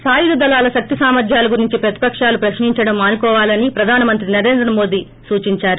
సాయుధ దళాల శక్తి సామర్ధ్యాలు గురించి ప్రతిపకాలు ప్రశ్న ంచడం మానుకోవాలని ప్రధాన మంత్రి నరేంద్ర మోదీ సూచించారు